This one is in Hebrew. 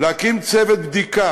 להקים צוות בדיקה